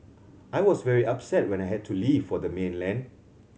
I was very upset when I had to leave for the mainland